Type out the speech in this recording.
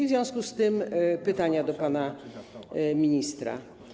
W związku z tym mam pytania do pana ministra.